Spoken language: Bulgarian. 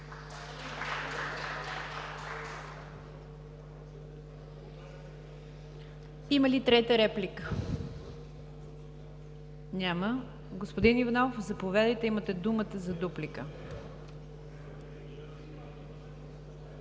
Има ли трета реплика? Няма. Господин Иванов, заповядайте – имате думата за дуплика.